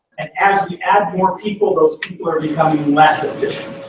and as we add more people, those people are becoming less efficient.